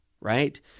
right